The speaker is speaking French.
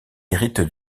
hérite